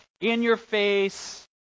in-your-face